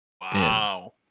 Wow